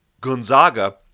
Gonzaga